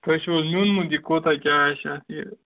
تۄہہِ چھُ حظ میٛوٗنمُت یہِ کوتاہ کیٛاہ آسہِ اَتھ یہِ